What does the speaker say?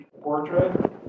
portrait